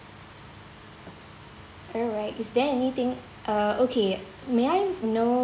alright is there anything uh okay may I know